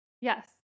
Yes